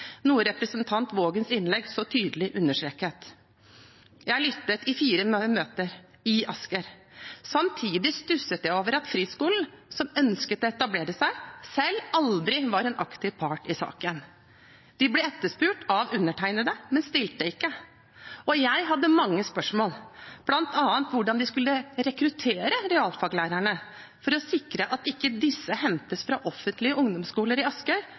noe representanten Waagens innlegg så tydelig understreket. Jeg har lyttet i fire møter i Asker. Samtidig stusset jeg over at friskolen som ønsket å etablere seg, selv aldri var en aktiv part i saken. De ble etterspurt av undertegnede, men stilte ikke. Og jeg hadde mange spørsmål, bl.a. hvordan de skulle rekruttere realfagslærere, for å sikre at ikke disse hentes fra offentlige ungdomsskoler i Asker,